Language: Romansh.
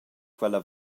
quella